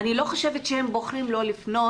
אני לא חושבת שהם בוחרים לא לפנות,